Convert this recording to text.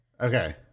okay